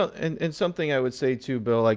and and something i would say, too, bill, like